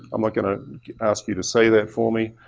i'm not going to ask you to say that for me.